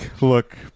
look